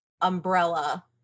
umbrella